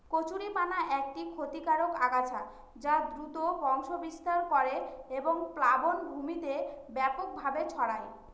কচুরিপানা একটি ক্ষতিকারক আগাছা যা দ্রুত বংশবৃদ্ধি করে এবং প্লাবনভূমিতে ব্যাপকভাবে ছড়ায়